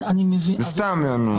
זה סתם, יענו.